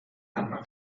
não